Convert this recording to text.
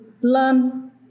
learn